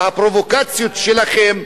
והפרובוקציות שלכם,